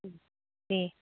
दे